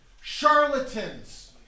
Charlatans